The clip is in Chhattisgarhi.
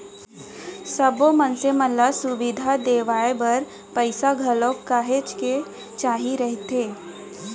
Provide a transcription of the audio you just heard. सब्बो मनसे मन ल सुबिधा देवाय बर पइसा घलोक काहेच के चाही रहिथे